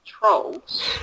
trolls